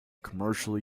commercially